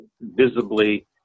visibly